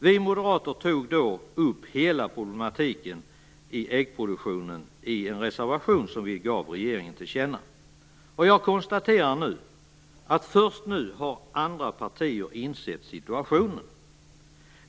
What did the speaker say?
Vi moderater tog då upp hela problematiken med äggproduktionen i en reservation som vi ville ge regeringen till känna. Jag konstaterar att först nu har andra partier insett situationen.